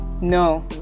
No